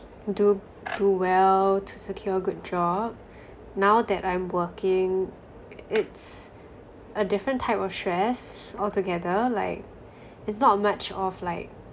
do do well to secure a good job now that I'm working it's a different type of stress altogether like it's not much of like